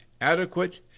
adequate